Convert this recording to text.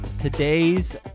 Today's